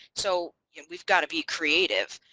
so we've got to be creative.